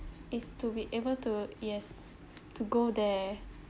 is to be able to yes to go there